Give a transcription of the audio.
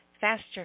Faster